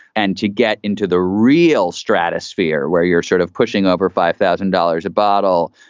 and to get into the real stratosphere where you're sort of pushing over five thousand dollars a bottle,